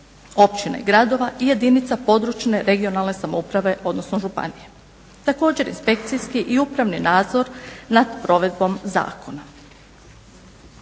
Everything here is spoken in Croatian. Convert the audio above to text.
općine i gradova i jedinica područne regionalne samouprave odnosno županije, također inspekcijski i upravni nadzor nad provedbom zakona.